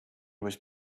was